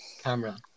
camera